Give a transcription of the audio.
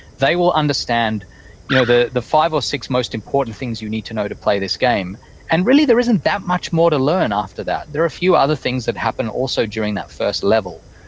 they will understand you know the the five or six most important things you need to know to play this game and really, there isn't that much more to learn after that. there are a few other things that happen also during that first level,